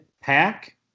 pack